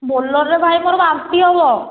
ବୋଲେରୋରେ ଭାଇ ମୋର ବାନ୍ତି ହେବ